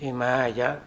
Imaya